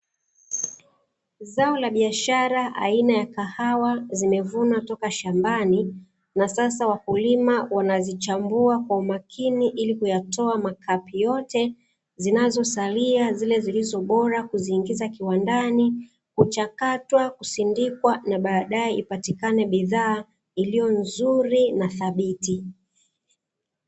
Zao la biashara aina ya kahawa, zimevunwa toka shambani na sasa wakulima wanazichambua kwa makini ili kuyatoa makapi yote, zinazosalia zile zilizo bora kuziingiza kiwandani kuchakatwa, kusindikwa ili baadae ipatikane bidhaa iliyo nzuri na thabiti.